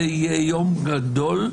זה יהיה יום גדול,